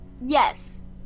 yes